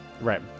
Right